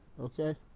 Okay